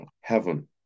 heaven